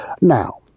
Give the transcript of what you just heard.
Now